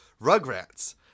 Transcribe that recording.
Rugrats